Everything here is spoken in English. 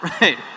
Right